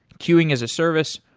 queuing as a service,